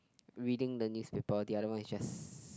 reading the newspaper the other one is just